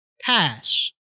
Pass